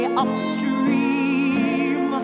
upstream